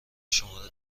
شماره